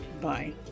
bye